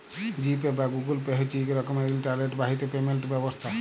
জি pay বা Google pay হছে ইক রকমের ইলটারলেট বাহিত পেমেল্ট ব্যবস্থা